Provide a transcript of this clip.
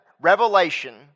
Revelation